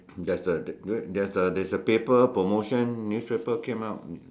there's a there's a there's a paper promotion newspaper came out